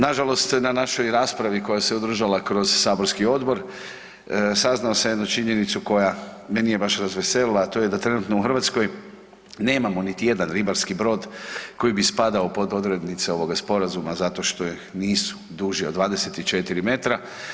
Na žalost na našoj raspravi koja se održala kroz saborski odbor saznao sam jednu činjenicu koja me baš nije razveselila, a to je da trenutno u Hrvatskoj nemamo niti jedan ribarski brod koji bi spadao pod odrednice ovoga sporazuma zato što nisu duži od 24 metra.